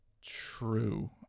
True